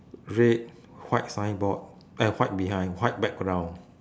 red white signboard uh white behind white background